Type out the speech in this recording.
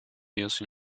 used